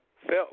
felt